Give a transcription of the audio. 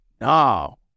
no